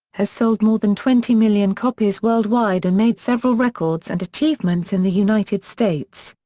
has sold more than twenty million copies worldwide and made several records and achievements in the united states.